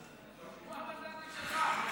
כמו המנדטים שלך.